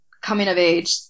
coming-of-age